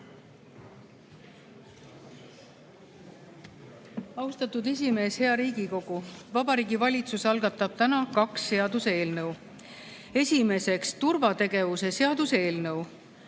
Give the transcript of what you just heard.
Austatud esimees! Hea Riigikogu! Vabariigi Valitsus algatab täna kaks seaduseelnõu. Esiteks, turvategevuse seaduse eelnõu.